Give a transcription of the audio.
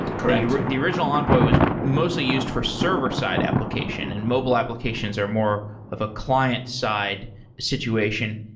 correct the original envoy was mostly used for server-side application, and mobile applications are more of a client-side situation.